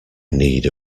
need